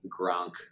Gronk